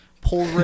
pull